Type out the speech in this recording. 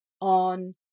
on